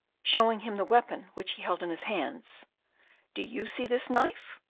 showing him the weapon which he held in his hands do you see this knife?